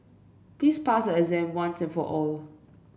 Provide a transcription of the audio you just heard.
please pass your exam once and for all